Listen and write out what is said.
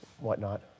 whatnot